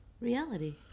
Reality